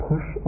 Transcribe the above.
Push